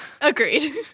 Agreed